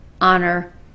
honor